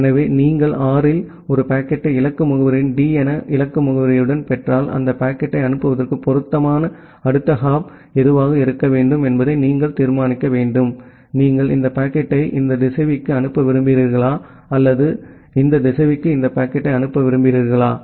எனவே நீங்கள் R இல் ஒரு பாக்கெட்டை இலக்கு முகவரியுடன் D என இலக்கு முகவரியுடன் பெற்றால் அந்த பாக்கெட்டை அனுப்புவதற்கு பொருத்தமான அடுத்த ஹாப் எதுவாக இருக்க வேண்டும் என்பதை நீங்கள் தீர்மானிக்க வேண்டும் நீங்கள் இந்த பாக்கெட்டை இந்த திசைவிக்கு அனுப்ப விரும்புகிறீர்களா அல்லது இந்த திசைவிக்கு இந்த பாக்கெட்டை அனுப்ப விரும்புகிறீர்களா